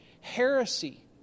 heresy